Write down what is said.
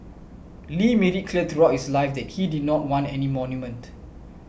Lee made it clear throughout his life he did not want any monument